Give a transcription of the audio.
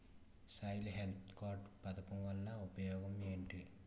Soil health card పథకం వల్ల ఉపయోగం ఏంటి?